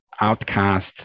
outcast